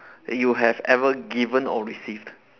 that you have ever given or received